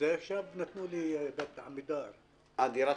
עכשיו נתנו לי שכירות בדירת